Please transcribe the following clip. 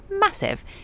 massive